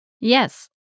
Yes